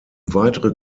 weitere